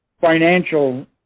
financial